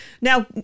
Now